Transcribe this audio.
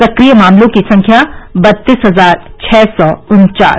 सक्रिय मामलों की संख्या बत्तीस हजार छः सौ उन्चास